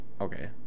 okay